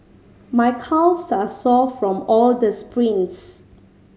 my calves are sore from all the sprints